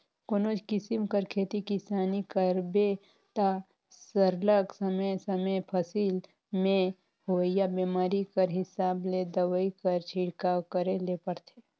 कोनोच किसिम कर खेती किसानी करबे ता सरलग समे समे फसिल में होवइया बेमारी कर हिसाब ले दवई कर छिड़काव करे ले परथे